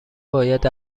باید